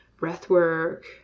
breathwork